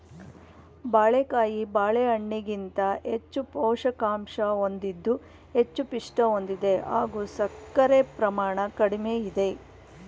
ಬಾಳೆಕಾಯಿ ಬಾಳೆಹಣ್ಣಿಗಿಂತ ಹೆಚ್ಚು ಪೋಷಕಾಂಶ ಹೊಂದಿದ್ದು ಹೆಚ್ಚು ಪಿಷ್ಟ ಹೊಂದಿದೆ ಹಾಗೂ ಸಕ್ಕರೆ ಪ್ರಮಾಣ ಕಡಿಮೆ ಇದೆ